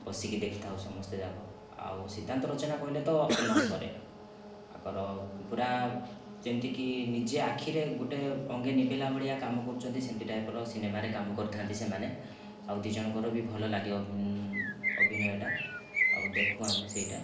ବସିକି ଦେଖିଥାଉ ସମସ୍ତେ ଆଉ ସିଦ୍ଧାନ୍ତ ରଚନା କହିଲେ ତ ନ ସରେ ତାଙ୍କର ପୁରା ଯେମିତିକି ନିଜେ ଆଖିରେ ଗୋଟିଏ ଅଙ୍ଗେ ନିଭାଇଲା ଭଳିଆ କାମ କରୁଛନ୍ତି ସେମିତି ଟାଇପ୍ ର ସିନେମାରେ କାମ କରିଥାନ୍ତି ସେମାନେ ଆଉ ଦୁଇ ଜଣଙ୍କର ବି ଭଲ ଲାଗେ ଅଭିନୟ ଅଭିନୟଟା ଆଉ ଦେଖୁ ଆମେ ସେହିଟା